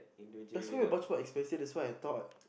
that's gonna be much more expensive that's what I thought